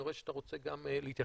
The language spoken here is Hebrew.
אני רואה שאתה רוצה גם להתייחס,